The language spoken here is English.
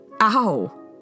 Ow